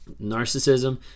Narcissism